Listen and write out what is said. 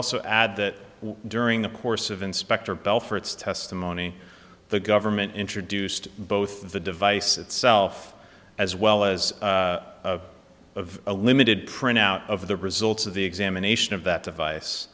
also add that during the course of inspector bell for its testimony the government introduced both the device itself as well as of a limited printout of the results of the examination of that device